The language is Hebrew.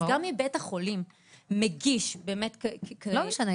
אז גם אם בית החולים מגיש --- לא משנה,